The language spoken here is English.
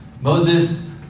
Moses